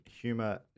humor